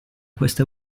queste